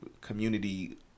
community